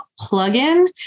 plugin